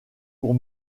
pour